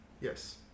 Yes